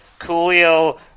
Coolio